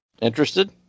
Interested